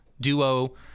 duo